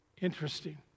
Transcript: Interesting